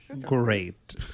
Great